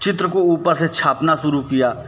चित्र को ऊपर से छापना शुरू किया